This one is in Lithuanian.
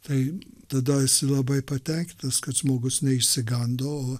tai tada jis labai patenkintas kad žmogus neišsigando